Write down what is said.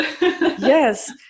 yes